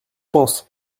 pense